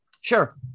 Sure